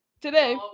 today